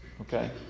Okay